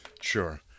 sure